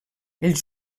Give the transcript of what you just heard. els